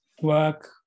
work